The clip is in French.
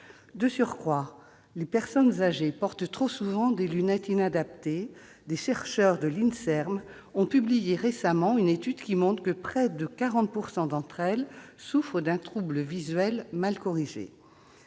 De surcroît, les personnes âgées portent trop souvent des lunettes inadaptées : des chercheurs de l'INSERM ont publié récemment une étude qui montre que près de 40 % d'entre elles souffrent d'un trouble visuel mal corrigé.